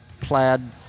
plaid